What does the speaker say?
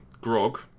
Grog